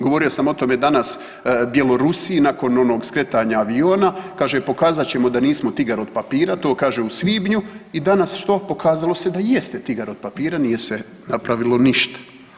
Govorio sam o tome danas, Bjelorusiji nakon onog skretanja aviona, kaže pokazat ćemo da nismo tigar od papira, to kaže u svibnju i danas što, pokazalo se da jeste tigar od papira, nije se napravilo ništa.